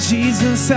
Jesus